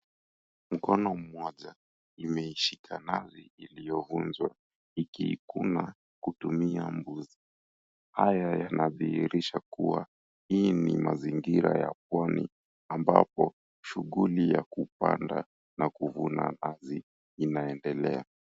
Mkono mmoja imeishika nazi iliyovunjwa iki ikuna kutumia mbuzi. Haya yanadhihirisha kuwa hii ni mazingira ya pwani ambapo shughuli ya kupanda na kuvuna nazi inaendelea.